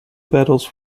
battles